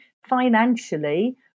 financially